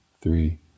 three